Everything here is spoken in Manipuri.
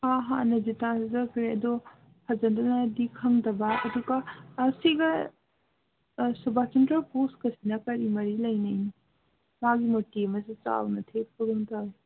ꯍꯥꯟꯅꯗꯤ ꯇꯥꯖꯈ꯭ꯔꯦ ꯑꯗꯣ ꯐꯖꯅꯗꯤ ꯈꯪꯗꯕ ꯑꯗꯨꯒ ꯁꯤꯒ ꯁꯨꯕꯥꯁꯆꯟꯗ꯭ꯔꯥ ꯕꯣꯁꯀꯁꯤꯅ ꯀꯔꯤ ꯃꯔꯤ ꯂꯩꯅꯔꯤꯅꯣ ꯃꯥꯒꯤ ꯃꯔꯨꯇꯤ ꯑꯃꯁꯨ ꯆꯥꯎꯅ ꯊꯦꯠꯄꯒꯨꯝ ꯇꯧꯏ